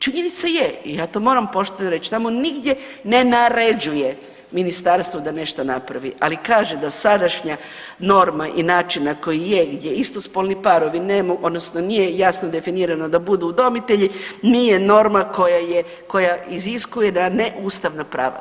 Činjenica je i ja to moram pošteno reći, tamo nigdje ne naređuje ministarstvo da nešto napravi, ali kaže da sadašnja norma i način na koji je gdje istospolni parovi ne mogu odnosno nije jasno definirano da budu udomitelji nije norma koja je, koja iziskuje da neustavna prava.